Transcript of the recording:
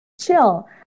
chill